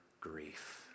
grief